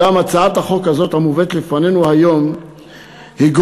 אולם הצעת החוק הזאת המובאת לפנינו היום גורמת